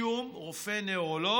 שום רופא נוירולוג